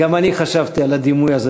גם אני חשבתי על הדימוי הזה,